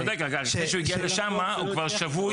אתה צודק, רק לפני שהוא הגיע לשם הוא כבר שבוי.